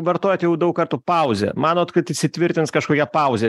vartojat jau daug kartų pauzė manot kad įsitvirtins kažkokia pauzė